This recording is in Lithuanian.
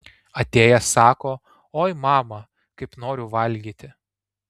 atėjęs sako oi mama kaip noriu valgyti